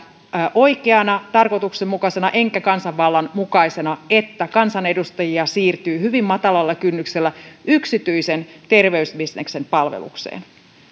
oikeana tarkoituksenmukaisena enkä kansanvallan mukaisena että kansanedustajia siirtyy hyvin matalalla kynnyksellä yksityisen terveysbisneksen palvelukseen